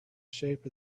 shape